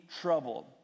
troubled